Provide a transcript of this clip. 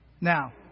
Now